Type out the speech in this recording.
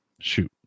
Shoot